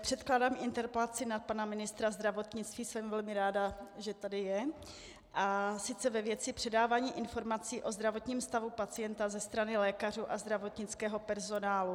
Předkládám interpelaci na pana ministra zdravotnictví jsem velmi ráda, že tady je ve věci předávání informací o zdravotním stavu pacienta ze strany lékařů a zdravotnického personálu.